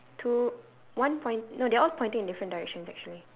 two one point~ no they're all pointing in different directions actually